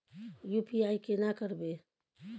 UPI केना करबे?